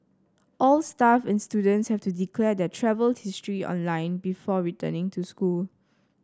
all staff and students have to declare their travel history online before returning to school